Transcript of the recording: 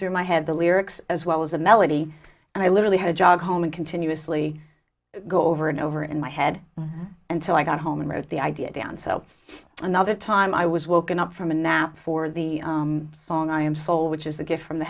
through my head the lyrics as well as the melody and i literally had a job home and continuously go over and over in my head until i got home and wrote the idea down so another time i was woken up from a now for the song i am soul which is a gift from the